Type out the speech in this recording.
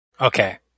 Okay